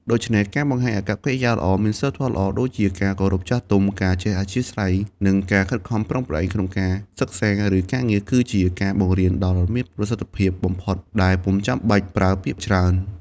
ដូច្នេះ ការបង្ហាញអាកប្បកិរិយាល្អ មានសីលធម៌ល្អ ដូចជាការគោរពចាស់ទុំ ការចេះអធ្យាស្រ័យ និងការខិតខំប្រឹងប្រែង ក្នុងការសិក្សា ឬការងារ គឺជាការបង្រៀនដ៏មានប្រសិទ្ធភាពបំផុតដែលពុំចាំបាច់ប្រើពាក្យច្រើន។